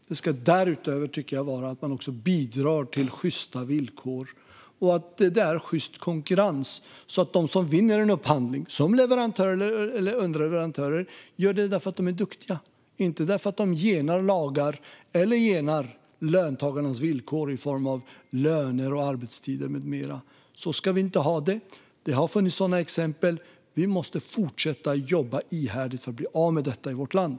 Man ska därutöver bidra till sjysta villkor och sjyst konkurrens så att de som vinner en upphandling som leverantörer eller underleverantörer gör det därför att de är duktiga, inte därför att de genar runt lagar eller runt löntagarnas villkor i form av löner och arbetstider med mera. Så ska vi inte ha det. Det har funnits sådana exempel. Vi måste fortsätta jobba ihärdigt för att bli av med detta i vårt land.